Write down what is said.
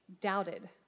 doubted